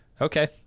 okay